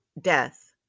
death